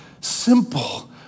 simple